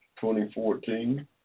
2014